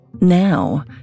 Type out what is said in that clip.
Now